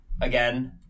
Again